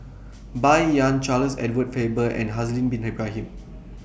Bai Yan Charles Edward Faber and Haslir Bin Ibrahim